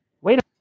wait